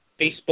Facebook